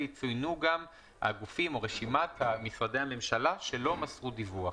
תצוין גם רשימת משרדי הממשלה שלא מסרו דיווח.